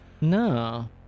no